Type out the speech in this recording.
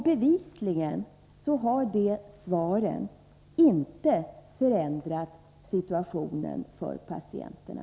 Bevisligen har de svaren inte förändrat situationen för patienterna.